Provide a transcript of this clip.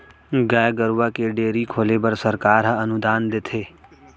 गाय गरूवा के डेयरी खोले बर सरकार ह अनुदान देथे